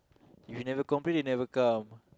if you never complain they never come